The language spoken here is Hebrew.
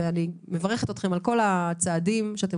אני מברכת אתכם על כל הצעדים שאתם